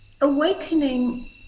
awakening